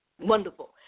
wonderful